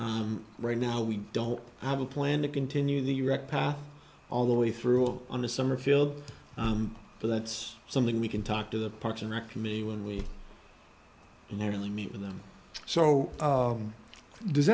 right now we don't have a plan to continue the right path all the way through up on the summerfield but that's something we can talk to the parks and rec me when we nearly meet with them so does